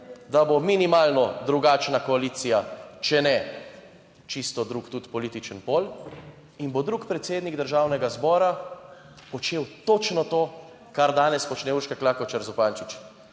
da bo minimalno drugačna koalicija, če ne čisto drug, tudi političen pol in bo drug predsednik Državnega zbora počel točno to, kar danes počne Urška Klakočar Zupančič.